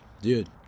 dude